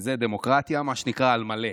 שזה דמוקרטיה, מה שנקרא על מלא.